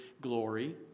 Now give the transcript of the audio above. glory